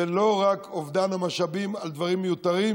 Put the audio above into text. זה לא רק אובדן המשאבים על דברים מיותרים